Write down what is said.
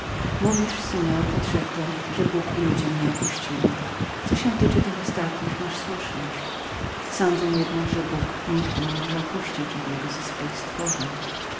mówisz pan odrzekłem że bóg i ludzie mnie opuścili co się tyczy tych ostatnich masz słuszność nie sądzę jednak aby bóg kiedykolwiek mógł opuścić jedno ze swoich stworzeń